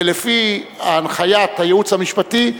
ולפי הנחיית הייעוץ המשפטי,